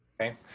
Okay